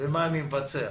במה שאני מבצע.